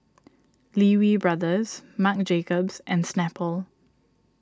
Lee Wee Brothers Marc Jacobs and Snapple